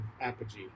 apogee